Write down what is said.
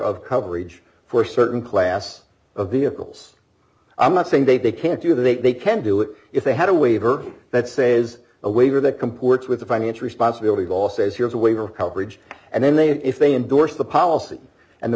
of coverage for a certain class of vehicles i'm not saying they big can't do that they can do it if they had a waiver that says a waiver that comports with the financial responsibility d law says here's a waiver coverage and then they if they endorse the policy and the